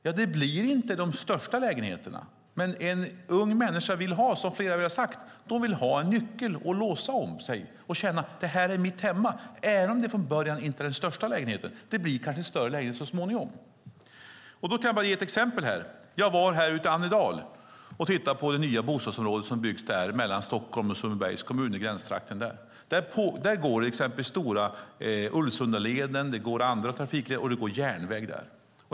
Ja, det blir inte de största lägenheterna. Men unga människor vill ha, som flera här har sagt, en nyckel och kunna låsa om sig och känna att det är deras hem, även om det från början inte är den största lägenheten. Det blir kanske en större lägenhet så småningom. Jag kan bara ge ett exempel. Jag var ute i Annedal och tittade på det nya bostadsområdet som byggs i gränstrakten mellan Stockholms och Sundbybergs kommuner. Där går den stora Ulvsundaleden och andra trafikleder, och det går järnväg där.